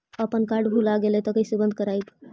अपन कार्ड भुला गेलय तब कैसे बन्द कराइब?